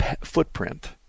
footprint